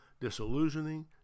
disillusioning